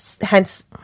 hence